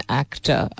actor